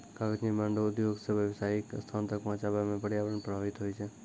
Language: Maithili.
कागज निर्माण रो उद्योग से व्यावसायीक स्थान तक पहुचाबै मे प्रर्यावरण प्रभाबित होय छै